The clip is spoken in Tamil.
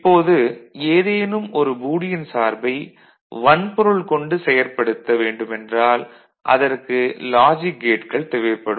இப்போது ஏதேனும் ஒரு பூலியன் சார்பை வன்பொருள் கொண்டு செயற்படுத்த வேண்டுமென்றால் அதற்கு லாஜிக் கேட்கள் தேவைப்படும்